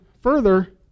further